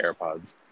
airpods